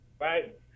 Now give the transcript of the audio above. Right